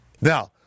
Now